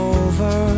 over